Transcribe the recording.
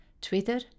Twitter